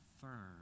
firm